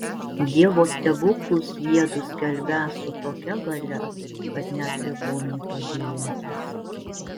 dievo stebuklus jiedu skelbią su tokia galia kad net ligoniai pagyjantys